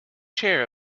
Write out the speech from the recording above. chair